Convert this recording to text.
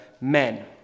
men